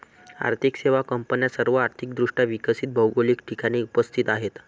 आर्थिक सेवा कंपन्या सर्व आर्थिक दृष्ट्या विकसित भौगोलिक ठिकाणी उपस्थित आहेत